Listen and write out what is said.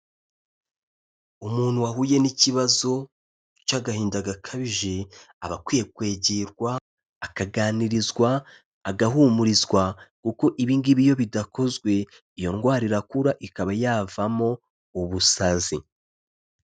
Umuntu wahuye n'ikibazo, cy'agahinda gakabije, aba akwiye kwegerwa, akaganirizwa, agahumurizwa, kuko ibi ngibi iyo bidakozwe, iyo ndwara irakura ikaba yavamo ubusazi.